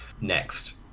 next